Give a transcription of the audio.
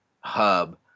hub